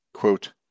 Quote